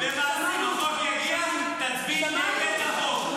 אני רוצה שיהיה צבא גדול וחזק שישמור עליו גם.